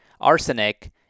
arsenic